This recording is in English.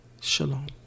Shalom